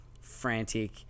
frantic